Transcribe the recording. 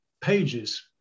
pages